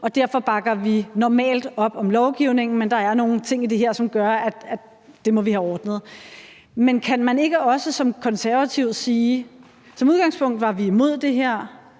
derfor normalt bakker op om lovgivningen, men at der er nogle ting i det her, som gør, at det må vi have ordnet. Men kan man ikke også som konservativ sige: Som udgangspunkt var vi imod det her;